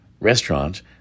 restaurant